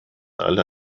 alle